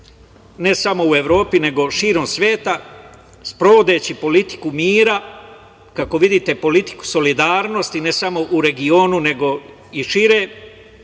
ne samo u Evropi nego širom sveta, sprovodeći politiku mira, kako vidite politiku solidarnosti, ne samo u regionu nego i šire, politiku